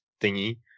thingy